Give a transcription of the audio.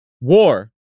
war